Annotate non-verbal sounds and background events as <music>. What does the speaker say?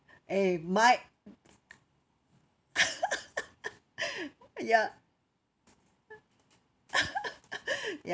eh might <laughs> ya <laughs> ya